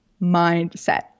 mindset